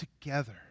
together